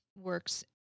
works